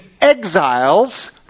exiles